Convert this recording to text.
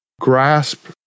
grasp